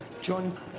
John